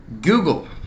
Google